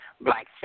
black